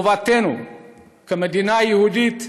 חובתנו כמדינה יהודית